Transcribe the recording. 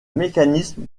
mécanisme